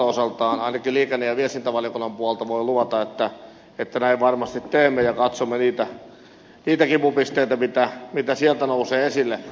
ainakin liikenne ja viestintävaliokunnan puolelta voin luvata että näin varmasti teemme ja katsomme niitä kipupisteitä joita sieltä nousee esille